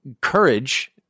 courage